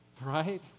right